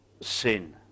sin